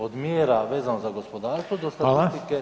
Od mjera vezano za gospodarstvo do statistike,